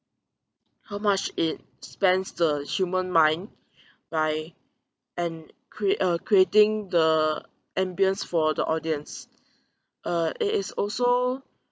how much it spends the human mind by and crea~ uh creating the ambiance for the audience uh it is also